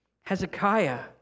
Hezekiah